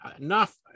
enough